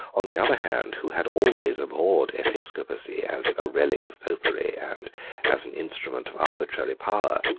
on the other hand, who had always abhorred episcopacy, as a relic of popery, and as an instrument of arbitrary power,